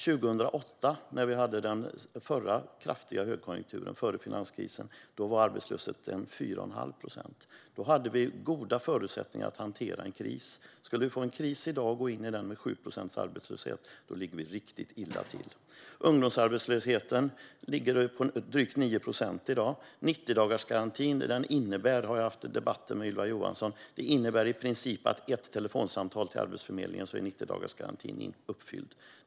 År 2008, när vi hade den förra kraftiga högkonjunkturen före finanskrisen, var arbetslösheten 4 1⁄2 procent. Då hade vi goda förutsättningar att hantera en kris. Om vi skulle få en kris i dag och gå in i den med 7 procents arbetslöshet ligger vi riktigt illa till. Ungdomsarbetslösheten ligger på drygt 9 procent i dag. När det gäller 90-dagarsgarantin har jag haft debatter med Ylva Johansson om att den i princip innebär att i och med ett telefonsamtal till Arbetsförmedlingen är garantin uppfylld.